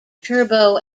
turbo